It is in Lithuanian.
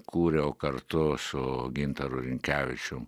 kūriau kartu su gintaru rinkevičium